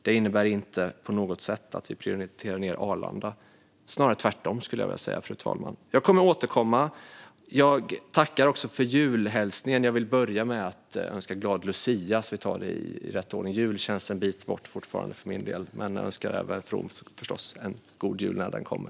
Det innebär inte på något sätt att vi prioriterar ned Arlanda, snarare tvärtom, skulle jag vilja säga, fru talman. Jag kommer att återkomma. Jag tackar också för julhälsningen. Jag vill börja med att önska glad Lucia, så att vi tar det i rätt ordning. Jul känns fortfarande en bit bort för min del, men jag önskar förstås även From en god jul när den kommer.